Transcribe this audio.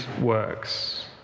works